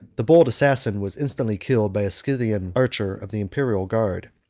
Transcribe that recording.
the bold assassin was instantly killed by a scythian archer of the imperial guard.